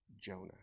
Jonah